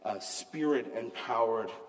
spirit-empowered